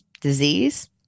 disease